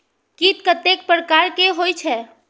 कीट कतेक प्रकार के होई छै?